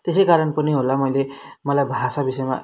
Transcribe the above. त्यसैकारण पनि होला मैले मलाई भाषा विषयमा